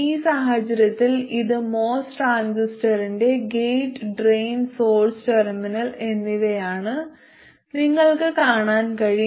ഈ സാഹചര്യത്തിൽ ഇത് MOS ട്രാൻസിസ്റ്ററിന്റെ ഗേറ്റ് ഡ്രെയിൻ സോഴ്സ് ടെർമിനൽ എന്നിവയാണെന്ന് നിങ്ങൾക്ക് കാണാൻ കഴിയും